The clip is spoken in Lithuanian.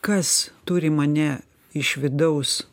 kas turi mane iš vidaus